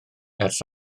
ers